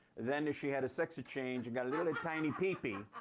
then she had a sex change and got a little tiny peepee,